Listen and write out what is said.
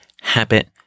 habit